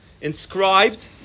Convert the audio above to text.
inscribed